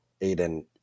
Aiden